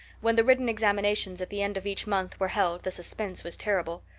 when the written examinations at the end of each month were held the suspense was terrible.